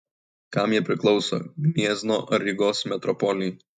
kam jie priklauso gniezno ar rygos metropolijai